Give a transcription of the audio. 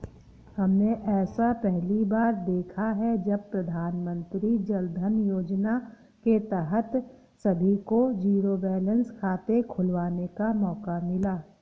हमने ऐसा पहली बार देखा है जब प्रधानमन्त्री जनधन योजना के तहत सभी को जीरो बैलेंस खाते खुलवाने का मौका मिला